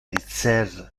dicer